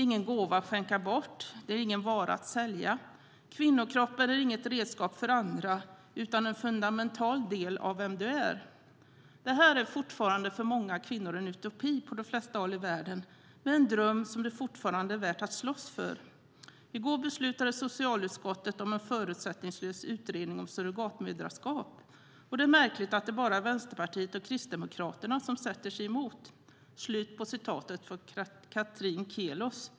Ingen gåva att skänka bort eller en vara att sälja. Kvinnokroppen är inget redskap för andra utan en fundamental del av vem du är. Detta är fortfarande en utopi på de flesta håll i världen. Men det är en dröm som det fortfarande är värt att slåss för. Igår beslutade riksdagens socialutskott om en förutsättningslös utredning om surrogatmödraskap och det är märkligt att det bara är Vänsterpartiet och Kristdemokraterna som sätter sig emot."